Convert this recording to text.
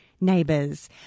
Neighbours